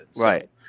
Right